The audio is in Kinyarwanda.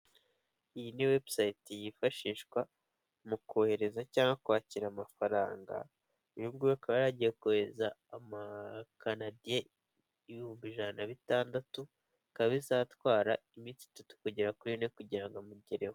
Iyi ni webusiyiti yifashishwa mu kohereza cyangwa kwakira amafaranga, uyu nguyu akaba yari agiye kohereza amakanadiye ibihumbi ijana na bitandatu, bikaba bizatwara iminsi itatu kugera kuri ine kugira ngo amugereho.